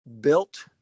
built